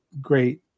great